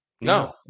No